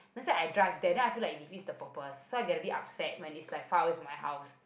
let's say I drive there then I feel like it defeats the purpose so I get a bit upset when it's like far away from my house